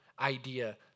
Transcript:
idea